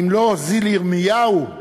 ואם לא הזיל ירמיהו",